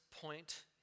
point